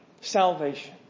salvation